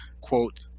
quote